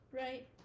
right